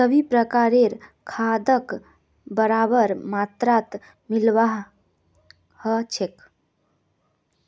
सभी प्रकारेर खादक बराबर मात्रात मिलव्वा ह छेक